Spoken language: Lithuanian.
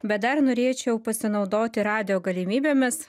bet dar norėčiau pasinaudoti radijo galimybėmis